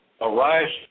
Arise